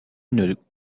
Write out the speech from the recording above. une